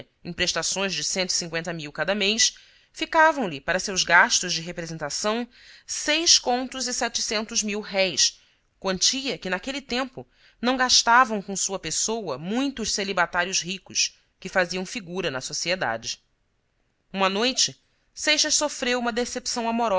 em prestações de cada mês ficavam-lhe para seus gastos de representação quantia que naquele tempo não gastavam com sua pessoa muitos celibatários ricos que faziam figura na socie dade uma noite seixas sofreu uma decepção amorosa